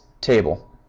table